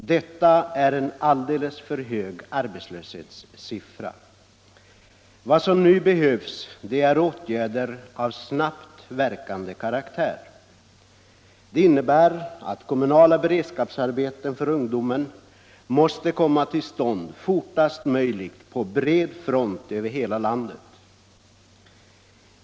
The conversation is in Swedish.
Detta är en alldeles för hög arbetslöshetssiffra. Vad som nu behövs är åtgärder av snabbt verkande karaktär. Det innebär att kommunala beredskapsarbeten för ungdomen måste komma till stånd fortast möjligt på bred front över hela landet.